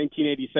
1987